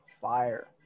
Fire